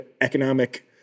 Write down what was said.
economic